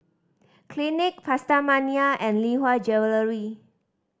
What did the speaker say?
Clinique PastaMania and Lee Hwa Jewellery